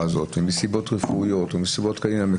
הזאת מסיבות רפואיות או מסיבות מעין אלה,